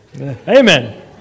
Amen